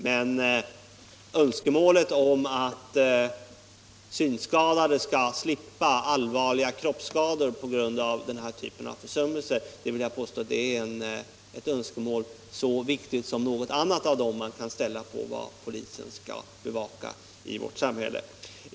Men önskemålet att synskadade skall slippa allvarliga kroppsskador på grund av den här typen av försummelser vill jag påstå är lika viktigt som andra önskemål om vad polisen skall bevaka i vårt samhälle.